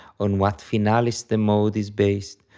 on what finalis the mode is based,